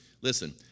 Listen